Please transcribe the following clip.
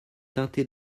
teintée